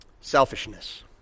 Selfishness